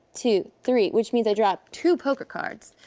two, three, which means i draw two poker cards.